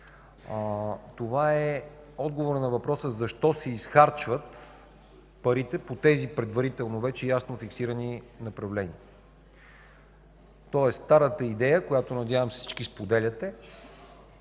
Това е отговорът на въпроса защо се изхарчват парите по тези предварително вече ясно фиксирани направления. Тоест старата идея, която, надявам се, всички споделяте